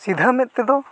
ᱥᱤᱫᱷᱟᱹ ᱢᱮᱫ ᱛᱮᱫᱚ